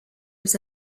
was